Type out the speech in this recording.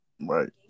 Right